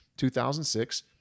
2006